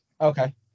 Okay